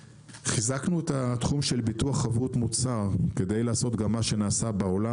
חיזקנו את התחום של ביטוח חבות מוצר כדי לעשות מה שנעשה בעולם.